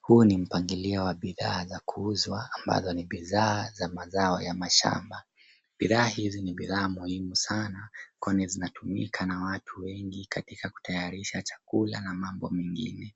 Huu ni mpangilio wa bidhaa za kuuzwa ambazo ni bidhaa za mazao ya mashamba. Bidhaa hizi ni bidhaa muhimu sana kwani zinatumika na watu wengi katika kutayarisha chakula na mambo mengine.